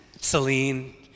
Celine